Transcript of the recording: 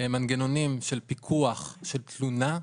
מנגנונים של פיקוח, של תלונה,